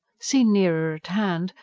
seen nearer at hand,